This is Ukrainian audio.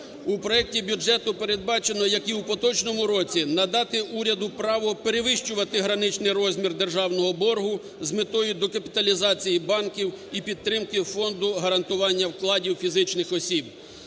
У проекті бюджету передбачено, як і в поточному році, надати уряду право перевищувати граничний розмір державного боргу з метою докапіталізації банків і підтримки Фонду гарантування вкладів фізичних осіб.